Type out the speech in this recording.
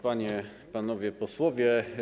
Panie i Panowie Posłowie!